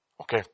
Okay